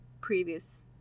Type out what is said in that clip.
previous